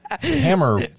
hammer